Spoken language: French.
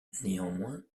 néanmoins